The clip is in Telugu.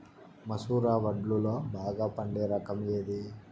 మసూర వడ్లులో బాగా పండే రకం ఏది?